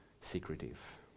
Secretive